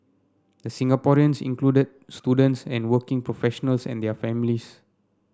the Singaporeans included students and working professionals and their families